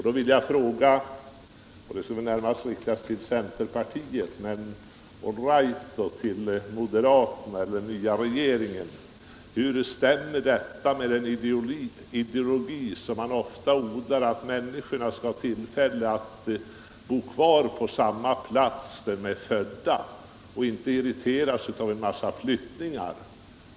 Då vill jag ställa en fråga — närmast till centerpartiet, men, all right då, även till moderaterna och den nya regeringen: Hur stämmer detta med den ideologi som ofta odlas om att människorna skall få tillfälle att bo kvar på de platser där de är födda och inte irriteras av en massa flyttningar?